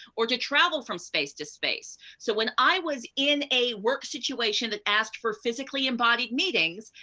or to travel from space to space. so when i was in a work situation that asked for physically embodied meetings,